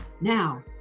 now